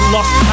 Lost